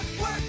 work